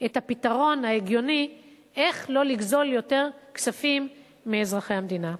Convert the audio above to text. את הפתרון ההגיוני איך לא לגזול יותר כספים מאזרחי המדינה.